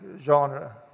genre